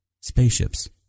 spaceships